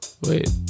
Wait